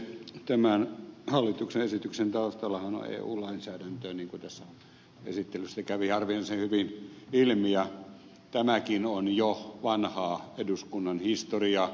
tämän hallituksen esityksen taustallahan on eu lainsäädäntö niin kuin esittelystä kävi harvinaisen hyvin ilmi ja tämäkin on jo vanhaa eduskunnan historiaa käytävähistoriaa